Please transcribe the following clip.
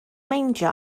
meindio